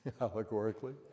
Allegorically